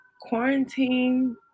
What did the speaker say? quarantine